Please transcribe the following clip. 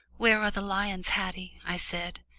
where are the lions, haddie? i said.